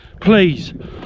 Please